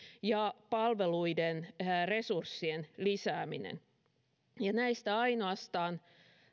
ja palveluiden resurssien lisääminen näistä ainoastaan